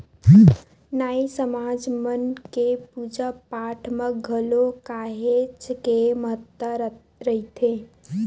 नाई समाज मन के पूजा पाठ म घलो काहेच के महत्ता रहिथे